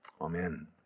Amen